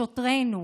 שוטרינו